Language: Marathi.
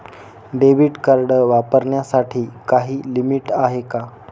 डेबिट कार्ड वापरण्यासाठी काही लिमिट आहे का?